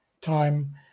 time